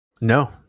No